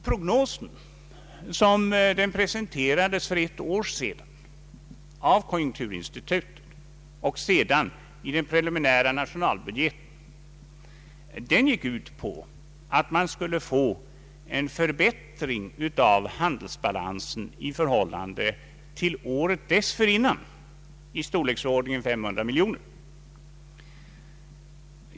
Prognosen, sådan den presenterades av konjunkturinstitutet för ett år sedan och därefter i den preliminära nationalbudgeten, gick ut på att man skulle få en förbättring av handelsbalansen i förhållande till året dessförinnan i storleksordningen 500 miljoner kronor.